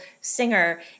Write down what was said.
singer